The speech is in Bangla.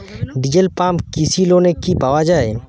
ডিজেল পাম্প কৃষি লোনে কি পাওয়া য়ায়?